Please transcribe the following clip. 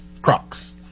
Crocs